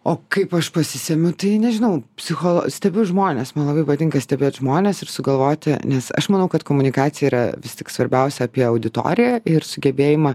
o kaip aš pasisemiu tai nežinau psicho stebiu žmones man labai patinka stebėti žmones ir sugalvoti nes aš manau kad komunikacija yra vis tik svarbiausia apie auditoriją ir sugebėjimą